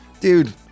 Dude